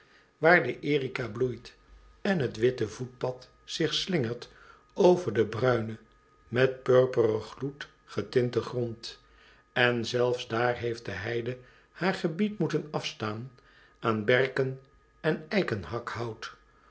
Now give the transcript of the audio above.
waar de erica bloeit en het witte voetpad zich slingert over den bruinen met purperen gloed getinten grond en zelfs daar heeft de heide haar gebied moeten afstaan aan berken en eikenhakhout